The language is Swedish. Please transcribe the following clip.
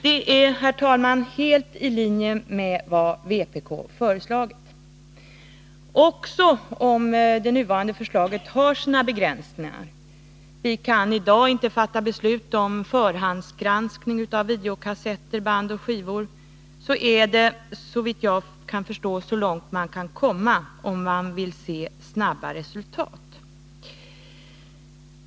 Detta är helt i linje med vad vpk föreslagit. Också om det nuvarande förslaget har sina begränsningar — vi kan inte i dag fatta beslut om förhandsgranskning av alla videokassetter, band och skivor — så är detta, såvitt jag kan förstå, så långt man kan komma om man vill se snabba resultat.